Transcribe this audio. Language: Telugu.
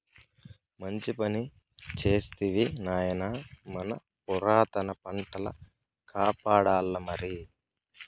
మంచి పని చేస్తివి నాయనా మన పురాతన పంటల కాపాడాల్లమరి